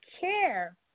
care